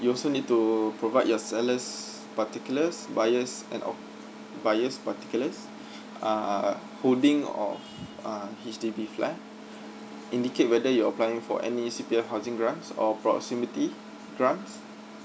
you also need to provide your seller's particulars buyer's and op~ buyer's particulars uh holding of uh H_D_B flat indicate whether you're applying for any C_P_F housing grants or proximity grants